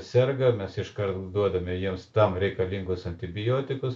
serga mes iškart duodame jiems tam reikalingus antibiotikus